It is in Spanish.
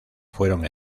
fueron